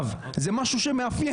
נא לרשום את ההערה הזאת.